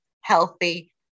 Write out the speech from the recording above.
healthy